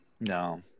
No